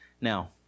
Now